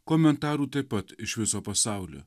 komentarų taip pat iš viso pasaulio